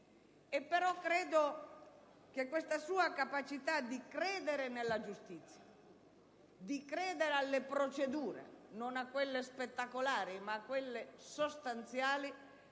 però, questa sua capacità di credere nella giustizia, di credere alle procedure, non a quelle spettacolari ma a quelle sostanziali,